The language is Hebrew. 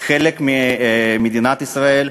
חבר כנסת מפריע בדבריו.